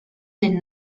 den